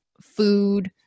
food